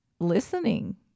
listening